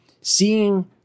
seeing